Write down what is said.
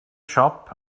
siop